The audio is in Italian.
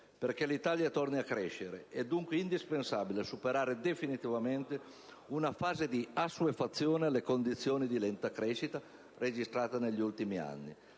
Perché l'Italia torni a crescere è dunque indispensabile superare definitivamente una fase di assuefazione alle condizioni di lenta crescita registrata negli ultimi anni,